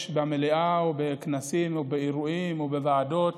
במליאה או בכנסים או באירועים או בוועדות